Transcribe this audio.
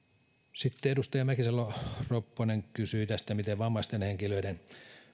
sitten edustaja mäkisalo ropponen kysyi tästä miten vammaisten henkilöiden